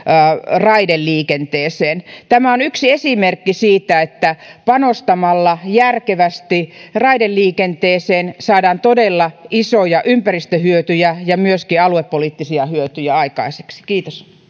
raideliikenteeseen tämä on yksi esimerkki siitä että panostamalla järkevästi raideliikenteeseen saadaan todella isoja ympäristöhyötyjä ja myöskin aluepoliittisia hyötyjä aikaiseksi kiitos